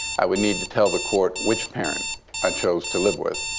i would need to tell the court which parent i chose to live with.